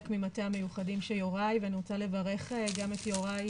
ממטה המיוחדים של יוראי ואני רוצה לברך גם את יוראי